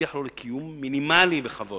להבטיח לו קיום מינימלי בכבוד,